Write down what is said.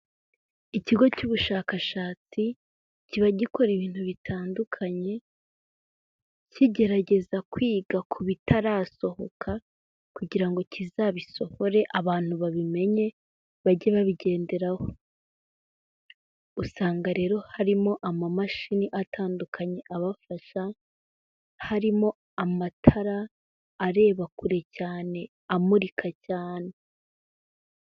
Ikigo cy'ubushakashatsi, kiba gikora ibintu bitandukanye, kigerageza kwiga ku bitarasohoka, kugira ngo kizabisohore, abantu babimenye, bajye babigenderaho. Usanga rero harimo amamashini atandukanye abafasha, harimo amatara areba kure cyane, amurika cyane.